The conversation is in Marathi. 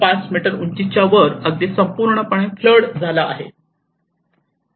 5 मीटर उंचीच्या वर अगदी संपूर्णपणे फ्लड झाला आहे